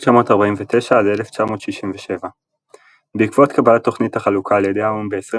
1949 - 1967 בעקבות קבלת תוכנית החלוקה על ידי האו"ם ב-29